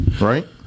Right